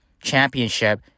championship